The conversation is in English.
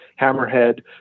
Hammerhead